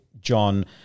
John